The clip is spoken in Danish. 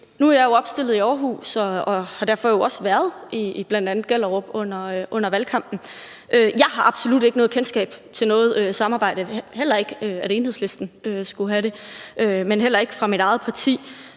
Nu er jeg jo opstillet i Aarhus og har derfor også været i bl.a. Gellerup under valgkampen, og jeg har absolut ikke noget kendskab til noget samarbejde med mit eget parti og heller ikke til, at Enhedslisten skulle have det. Som jeg sagde tidligere, var